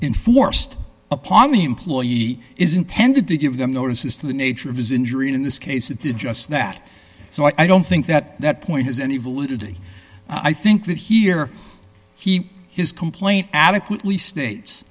enforced upon the employee is intended to give them notice as to the nature of his injury and in this case it did just that so i don't think that that point has any validity i think that here he his complaint adequately states